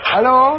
Hello